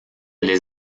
les